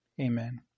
Amen